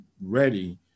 ready